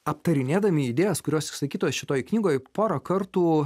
aptarinėdami idėjas kurios išsakytos šitoj knygoj porą kartų